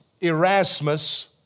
Erasmus